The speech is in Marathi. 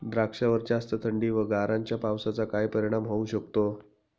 द्राक्षावर जास्त थंडी व गारांच्या पावसाचा काय परिणाम होऊ शकतो?